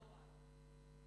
לא רק.